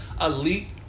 elite